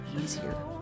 easier